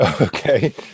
Okay